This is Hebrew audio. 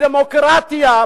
בדמוקרטיה,